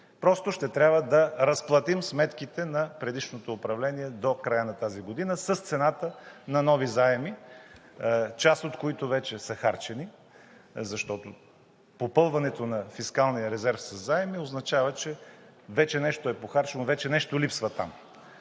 Просто ще трябва да разплатим сметките на предишното управление до края на тази година с цената на нови заеми, част от които вече са харчени, защото попълването на фискалния резерв със заеми означава, че вече нещо е похарчено, вече нещо липсва там.